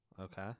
Okay